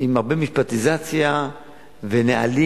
עם הרבה משפטיציה ונהלים